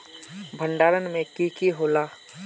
भण्डारण में की की होला?